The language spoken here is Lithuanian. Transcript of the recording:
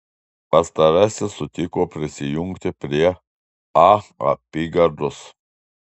pastarasis sutiko prisijungti prie a apygardos